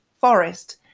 forest